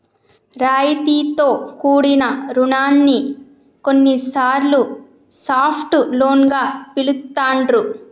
రాయితీతో కూడిన రుణాన్ని కొన్నిసార్లు సాఫ్ట్ లోన్ గా పిలుత్తాండ్రు